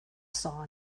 saw